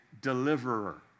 deliverer